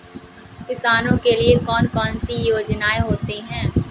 किसानों के लिए कौन कौन सी योजनायें होती हैं?